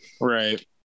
Right